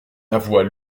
avoit